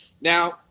Now